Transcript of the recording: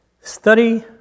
Study